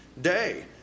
day